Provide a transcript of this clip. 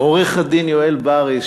עורך-הדין יואל בריס,